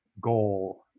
goal